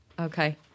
Okay